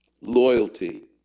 Loyalty